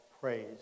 praise